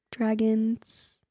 Dragons